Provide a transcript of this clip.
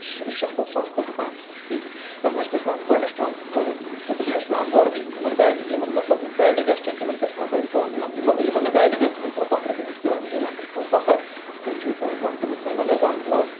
سہ شیٚے کھۄتہٕ سَتھ کھۄتہٕ کَم ییٚتیاہ اَتھ منٛز کیاہ چھُ پیوان گۄڈٕنیتھ چھُ پیوان دۄنونی زٕ پٔلیر چھٕ پیوان یورٕ دِنۍ یِمن بے یِمَن مطلب بیٹنٛگ آسہِ چینۍ تِمن کیاہ چھُ پیوان کرٕنۍ کٲم یِمن نہٕ بیٹنٛگ آسہِ تِمن پیوان پَتھر بِہُن پیوان زٕ نَفر تھاؤنۍ پَتھر تِم چھٕ کرن کٲم تِمن چھٕ پیوان گۄڈٕنیتھ زنٛگ کھُلاؤنہِ